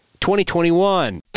2021